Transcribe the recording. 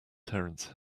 terence